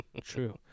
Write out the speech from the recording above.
true